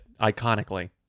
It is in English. iconically